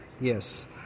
Yes